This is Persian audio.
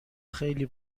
خیلی